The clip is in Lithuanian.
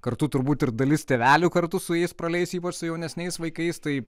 kartu turbūt ir dalis tėvelių kartu su jais praleis ypač su jaunesniais vaikais tai